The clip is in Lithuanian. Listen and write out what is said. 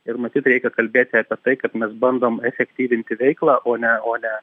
ir matyt reikia kalbėti apie tai kad mes bandom efektyvinti veiklą o ne o ne